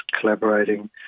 collaborating